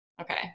Okay